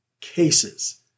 cases